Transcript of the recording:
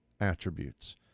attributes